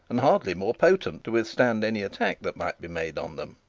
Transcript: and hardly more potent to withstand any attack that might be made on them.